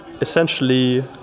Essentially